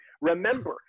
Remember